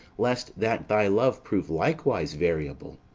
lest that thy love prove likewise variable.